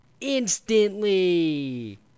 instantly